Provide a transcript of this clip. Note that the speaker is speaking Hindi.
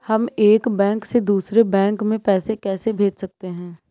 हम एक बैंक से दूसरे बैंक में पैसे कैसे भेज सकते हैं?